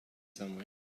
somewhere